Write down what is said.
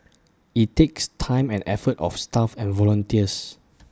IT takes time and effort of staff and volunteers